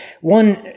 one